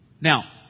Now